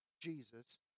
Jesus